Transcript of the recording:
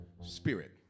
spirit